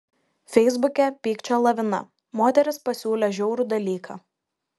feisbuke pykčio lavina moteris pasiūlė žiaurų dalyką